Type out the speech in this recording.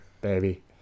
baby